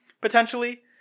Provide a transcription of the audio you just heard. potentially